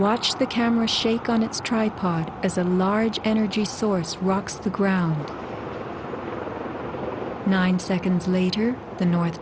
watch the camera shake on its tripod as a large energy source rocks the ground nine seconds later the no